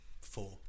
Four